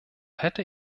hätte